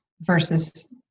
versus